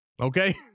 Okay